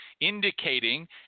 indicating